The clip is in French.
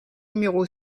numéro